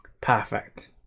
perfect